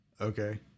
okay